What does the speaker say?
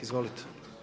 Izvolite.